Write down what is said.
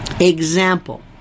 example